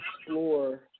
explore